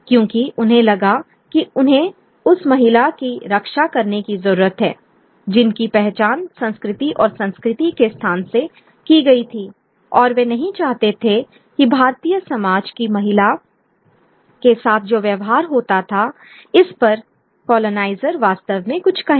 क्योंकि उन्हें लगा कि उन्हें उस महिला की रक्षा करने की जरूरत है जिनकी पहचान संस्कृति और संस्कृति के स्थान से की गई थी और वे नहीं चाहते थे कि भारतीय समाज की महिला के साथ जो व्यवहार होता था इस पर कॉलोनाइजर वास्तव में कुछ कहें